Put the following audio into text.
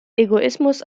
egoismus